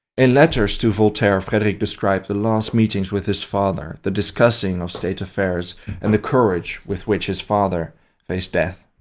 in letters to voltaire, frederick described the last meetings with his father, the discussing of state affairs and the courage with which his father faced death.